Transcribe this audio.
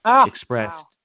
expressed